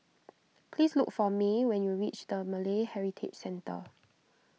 please look for Mai when you reach the Malay Heritage Centre